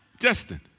Justin